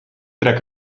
trek